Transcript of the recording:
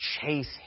chase